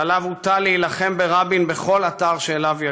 שעליו הוטל להילחם ברבין בכל אתר שאליו יגיע.